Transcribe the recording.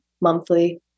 monthly